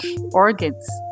organs